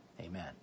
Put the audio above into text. Amen